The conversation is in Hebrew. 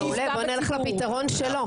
מעולה, בוא נלך לפתרון שלו.